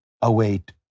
await